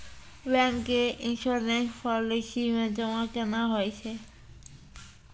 Bank के insurance policy मे जमा केना होय छै?